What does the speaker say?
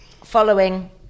Following